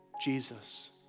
Jesus